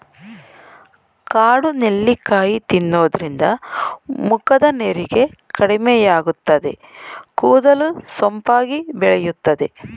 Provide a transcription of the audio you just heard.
ಕಾಡು ನೆಲ್ಲಿಕಾಯಿ ತಿನ್ನೋದ್ರಿಂದ ಮುಖದ ನೆರಿಗೆ ಕಡಿಮೆಯಾಗುತ್ತದೆ, ಕೂದಲು ಸೊಂಪಾಗಿ ಬೆಳೆಯುತ್ತದೆ